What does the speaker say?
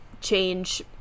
change